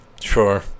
Sure